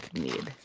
need